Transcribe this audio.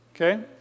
Okay